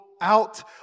out